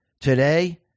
today